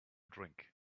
drink